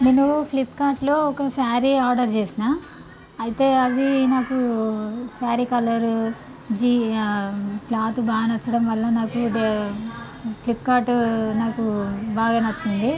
నేను ఫ్లిప్కార్ట్లో ఒక శారీ ఆర్డర్ చేసినాను అయితే అది నాకు శారీ కలర్ జి క్లాత్ బాగా నచ్చడం వల్ల నాకు ఫ్లిప్కార్ట్ నాకు బాగా నచ్చింది